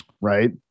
Right